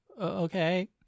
okay